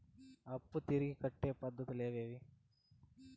అప్పులు తిరిగి కట్టే పద్ధతులు ఏవేవి